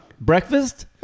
Breakfast